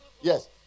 Yes